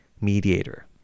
mediator